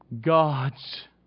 God's